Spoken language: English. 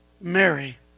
Mary